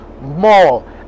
more